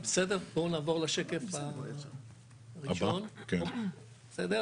אלו בעצם